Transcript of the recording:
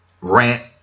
rant